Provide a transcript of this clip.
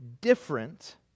different